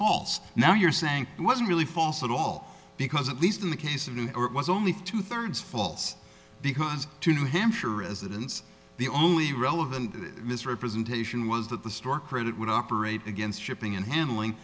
false now you're saying it wasn't really false at all because at least in the case of new york was only two thirds fault because two new hampshire residents the only relevant misrepresentation was that the store credit would operate against shipping and handling